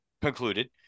concluded